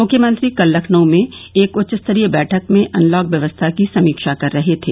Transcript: मुख्यमंत्री कल लखनऊ में एक उच्चस्तरीय बैठक में अनलॉक व्यवस्था की समीक्षा कर रहे थे